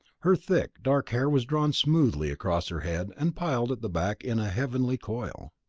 her thick, dark hair was drawn smoothly across her head and piled at the back in a heavenly coil.